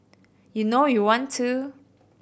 you know you want to